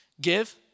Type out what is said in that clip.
give